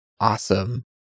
Awesome